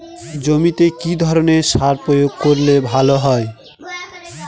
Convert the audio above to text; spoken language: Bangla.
জমিতে কি ধরনের সার প্রয়োগ করলে ভালো হয়?